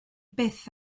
byth